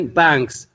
banks